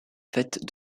faite